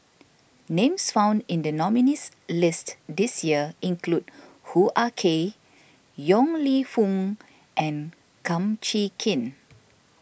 names found in the nominees' list this year include Hoo Ah Kay Yong Lew Foong and Kum Chee Kin